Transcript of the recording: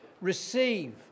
receive